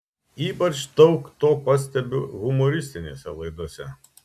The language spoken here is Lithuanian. ypač daug to pastebiu humoristinėse laidose